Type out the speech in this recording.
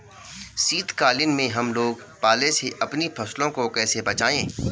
शीतकालीन में हम लोग पाले से अपनी फसलों को कैसे बचाएं?